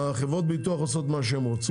חברות ביטוח עושות מה שהם רוצות.